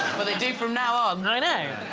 but they do from now on i know